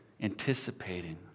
anticipating